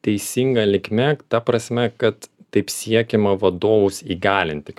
teisinga linkme ta prasme kad taip siekiama vadovus įgalinti kažkiek